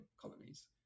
colonies